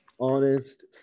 Honest